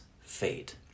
fate